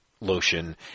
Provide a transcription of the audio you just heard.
lotion